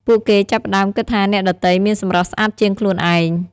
ពួកគេចាប់ផ្ដើមគិតថាអ្នកដទៃមានសម្រស់ស្អាតជាងខ្លួនឯង។